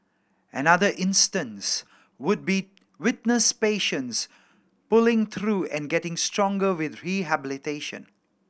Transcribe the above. another instance would be witness patients pulling through and getting stronger with rehabilitation